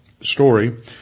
story